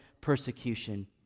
persecution